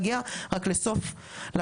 בישראל רק כדי להבין שלא היו לו הפקדות.